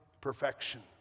perfection